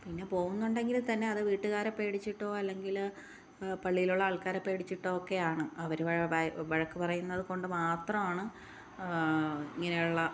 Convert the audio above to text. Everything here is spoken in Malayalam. പിന്നെ പോകുന്നുണ്ടെങ്കിൽ തന്നെ അത് വീട്ടുകാരെ പേടിച്ചിട്ടോ അല്ലെങ്കിൽ പള്ളീലുള്ള ആൾക്കാരെ പേടിച്ചിട്ടൊക്കെ ആണ് അവർ വഴക്ക് പറയുന്നത് കൊണ്ട് മാത്രമാണ് ഇങ്ങനെയുള്ള